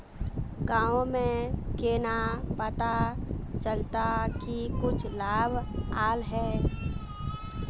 गाँव में केना पता चलता की कुछ लाभ आल है?